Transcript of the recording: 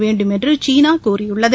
வேண்டுமென்று சீனா கூறியுள்ளது